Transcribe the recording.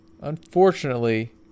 unfortunately